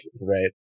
Right